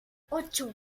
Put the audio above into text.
ocho